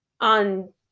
on